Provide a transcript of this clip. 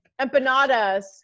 empanadas